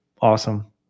awesome